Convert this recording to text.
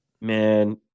Man